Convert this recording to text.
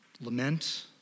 lament